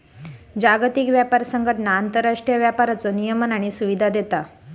जागतिक व्यापार संघटना आंतरराष्ट्रीय व्यापाराचो नियमन आणि सुविधा देता